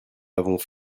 l’avons